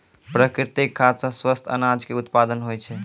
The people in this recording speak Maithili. प्राकृतिक खाद सॅ स्वस्थ अनाज के उत्पादन होय छै